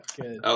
Good